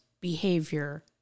behavior